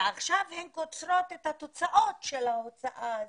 ועכשיו הן קוצרות את התוצאות של ההוצאה הזו.